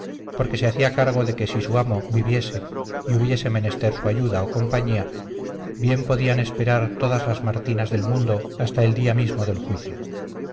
porque se hacía cargo de que si su amo viviese y hubiese menester su ayuda o compañía bien podían esperar todas las martinas del mundo hasta el día mismo del juicio